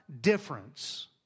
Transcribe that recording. difference